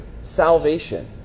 salvation